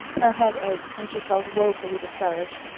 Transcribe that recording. her head ached and she felt woefully discouraged.